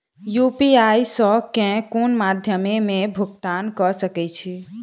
UPI सऽ केँ कुन मध्यमे मे भुगतान कऽ सकय छी?